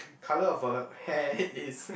colour of her hair is